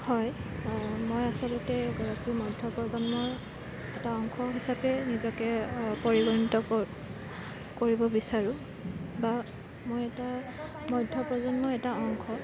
হয় মই আচলতে এগৰাকী মধ্য় প্ৰজন্মৰ এটা অংশ হিচাপে নিজকে পৰিগণিত ক কৰিব বিচাৰোঁ বা মই এটা মধ্য় প্ৰজন্মৰ এটা অংশ